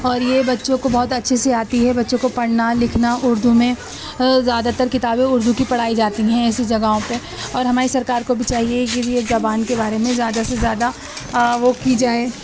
اور یہ بچوں کو بہت اچھے سے آتی ہے بچوں کو پڑھنا لکھنا اردو میں زیادہ تر کتابیں اردو کی پڑھائی جاتی ہیں ایسی جگہوں پہ اور ہماری سرکار کو بھی چاہیے کہ یہ زبان کے بارے میں زیادہ سے زیادہ وہ کی جائے